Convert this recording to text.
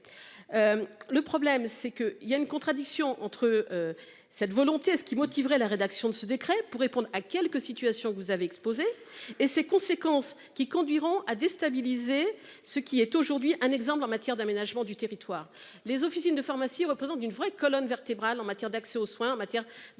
Le problème c'est que il y a une contradiction entre. Cette volonté ce qui motiverait la rédaction de ce décret pour répondre à quelques situations que vous avez exposés et ses conséquences qui conduiront à déstabiliser ce qui est aujourd'hui un exemple en matière d'aménagement du territoire les officines de pharmacie représente une vraie colonne vertébrale en matière d'accès aux soins en matière d'aménagement